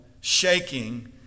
shaking